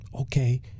okay